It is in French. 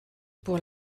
pour